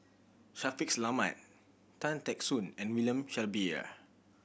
Shaffiq Selamat Tan Teck Soon and William Shellabear